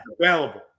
Available